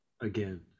again